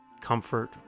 comfort